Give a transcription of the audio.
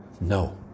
No